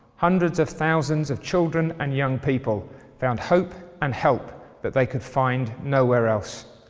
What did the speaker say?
hundreds of thousands of children and young people found hope and help that they could find nowhere else.